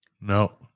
No